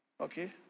Okay